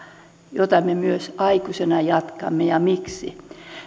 jota me myös aikuisena jatkamme ja miksi